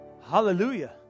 Hallelujah